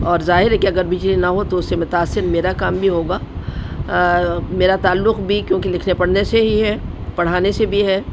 اور ظاہر ہے کہ اگر بجلی نہ ہو تو اسے متاثر میرا کام بھی ہوگا میرا تعلق بھی کیونکہ لکھنے پڑھنے سے ہی ہے پڑھانے سے بھی ہے